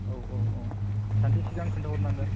औ औ सानसे सिगां खिन्थाहरनांगोन